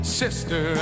sister